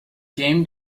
game